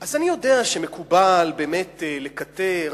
אז אני יודע שמקובל באמת לקטר,